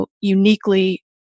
uniquely